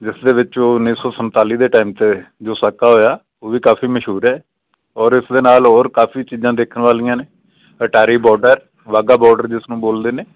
ਜਿਸ ਦੇ ਵਿੱਚ ਉਹ ਉੱਨੀ ਸੌ ਸੰਨਤਾਲੀ ਦੇ ਟਾਈਮ 'ਤੇ ਜੋ ਸਾਕਾ ਹੋਇਆ ਉਹ ਵੀ ਕਾਫ਼ੀ ਮਸ਼ਹੂਰ ਹੈ ਔਰ ਇਸ ਦੇ ਨਾਲ ਹੋਰ ਕਾਫ਼ੀ ਚੀਜ਼ਾਂ ਦੇਖਣ ਵਾਲੀਆਂ ਨੇ ਅਟਾਰੀ ਬੋਡਰ ਵਾਹਗਾ ਬੋਡਰ ਜਿਸ ਨੂੰ ਬੋਲਦੇ ਨੇ